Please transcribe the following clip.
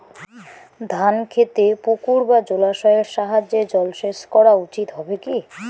ধান খেতে পুকুর বা জলাশয়ের সাহায্যে জলসেচ করা উচিৎ হবে কি?